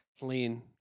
Lean